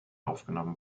aufgenommen